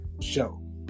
show